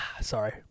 Sorry